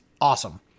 awesome